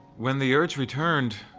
when the urge returned,